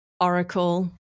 oracle